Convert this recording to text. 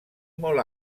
molt